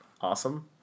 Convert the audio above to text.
awesome